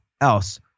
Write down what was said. else